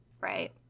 right